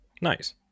nice